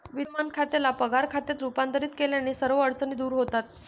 विद्यमान खात्याला पगार खात्यात रूपांतरित केल्याने सर्व अडचणी दूर होतात